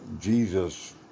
Jesus